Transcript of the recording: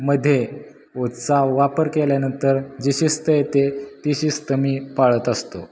मध्ये उत्साह वापर केल्यानंतर जी शिस्त येते ती शिस्त मी पाळत असतो